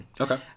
Okay